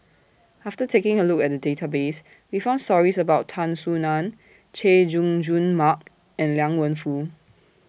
after taking A Look At The Database We found stories about Tan Soo NAN Chay Jung Jun Mark and Liang Wenfu